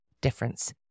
difference